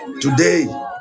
Today